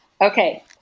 Okay